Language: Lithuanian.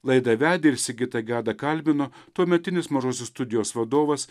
laidą vedė ir sigitą gedą kalbino tuometinis mažosios studijos vadovas